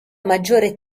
maggiore